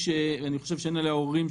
שאני חושב שאין עליה עוררין,